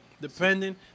depending